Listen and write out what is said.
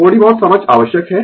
थोड़ी बहुत समझ आवश्यक है